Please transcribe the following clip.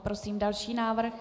Prosím další návrh.